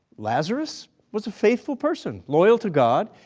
lazarus was a faithful person, loyal to god,